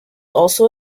also